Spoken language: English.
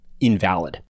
invalid